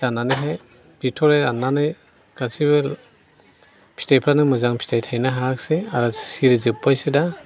जानानैहाय बिथ'राइ राननानै गासैबो फिथायफ्रानो मोजां फिथाय थायनो हायाखिसै आरो सिरि जोब्बायसो दा